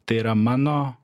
tai yra mano